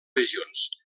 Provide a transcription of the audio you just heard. regions